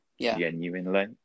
genuinely